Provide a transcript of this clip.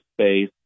space